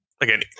again